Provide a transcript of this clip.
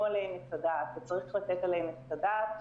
עליהם את הדעת וצריך לתת עליהם את הדעת.